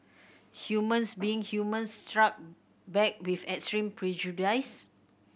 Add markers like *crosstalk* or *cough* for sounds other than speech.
humans being humans struck back with extreme *unintelligible*